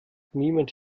niemand